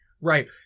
Right